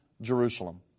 Jerusalem